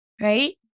right